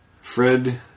Fred